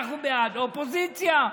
אנחנו בעד, אופוזיציה,